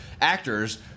actors